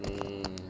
um